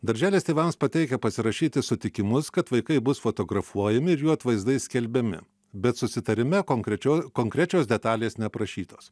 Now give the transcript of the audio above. darželis tėvams pateikia pasirašyti sutikimus kad vaikai bus fotografuojami ir jų atvaizdai skelbiami bet susitarime konkrečio konkrečios detalės neprašytos